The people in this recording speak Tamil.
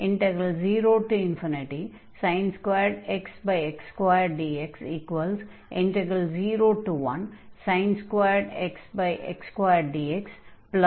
0x x2dx01x x2dx1x x2dx